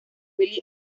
willy